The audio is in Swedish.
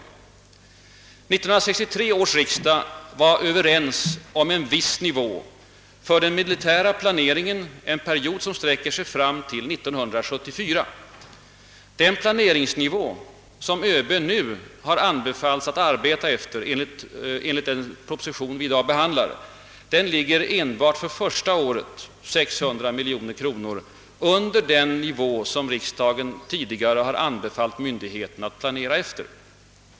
1963 års riksdag var enig om en viss nivå för den militära planeringen under en period som sträcker sig fram till 1974. Den planeringsnivå som ÖB nu har anbefallts att arbeta efter enligt den proposition som vi i dag behandlar ligger enbart för första året 600 miljoner kronor under den nivå som riksdagen tidigare har anbefallt myndigheten att planera efter.